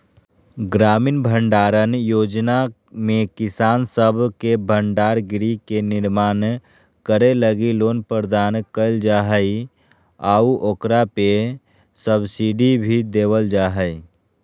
ग्रामीण भंडारण योजना में किसान सब के भंडार गृह के निर्माण करे लगी लोन प्रदान कईल जा हइ आऊ ओकरा पे सब्सिडी भी देवल जा हइ